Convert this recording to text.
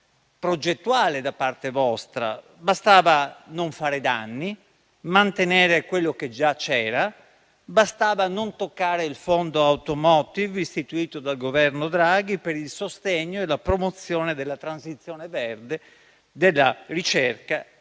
progettuale da parte vostra. Bastava non fare danni, mantenere quello che già c'era e non toccare il fondo *automotive* istituito dal Governo Draghi per il sostegno e la promozione della transizione verde, della ricerca